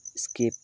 skip